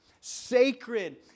Sacred